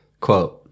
quote